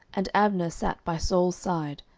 and abner sat by saul's side,